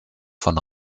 von